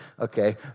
okay